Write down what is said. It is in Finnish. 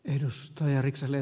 ärade talman